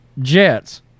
Jets